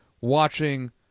watching